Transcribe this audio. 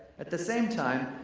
at the same time,